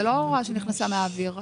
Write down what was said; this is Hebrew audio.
זו לא הוראה שנכנסה מהאוויר.